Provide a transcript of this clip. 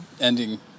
ending